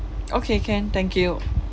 okay can thank you